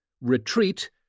Retreat